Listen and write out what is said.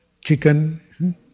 chicken